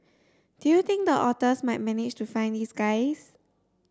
do you think the otters might manage to find these guys